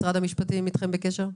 משרד המשפטים בקשר אתכם?